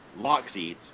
Lockseeds